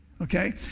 okay